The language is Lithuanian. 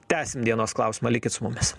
tęsim dienos klausimą likit su mumis